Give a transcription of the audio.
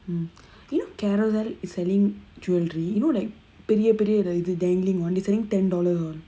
mm you know Carousell is selling jewellery you know like பெரிய பெரிய:periya periya like the dangling [one] they selling ten dollar